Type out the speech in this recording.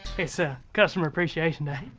it's ah costumer appreciation day.